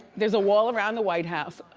there's a wall around the white house.